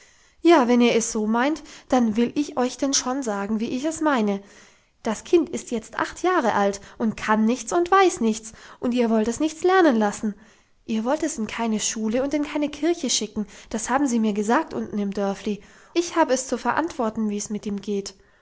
ja wenn ihr es so meint dann will ich euch denn schon auch sagen wie ich es meine das kind ist jetzt acht jahre alt und kann nichts und weiß nichts und ihr wollt es nichts lernen lassen ihr wollt es in keine schule und in keine kirche schicken das haben sie mir gesagt unten im dörfli und es ist meiner einzigen schwester kind ich hab es zu verantworten wie's mit ihm geht